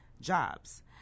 jobs